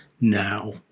now